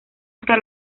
hasta